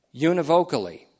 univocally